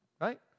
Right